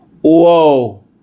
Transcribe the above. whoa